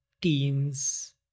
teens